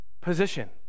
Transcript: position